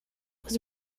was